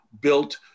built